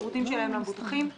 מה זה קורס לקידום בריאות?